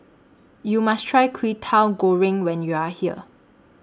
YOU must Try Kwetiau Goreng when YOU Are here